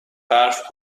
برف